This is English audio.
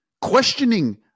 questioning